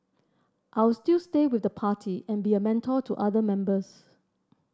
I'll still stay with the party and be a mentor to other members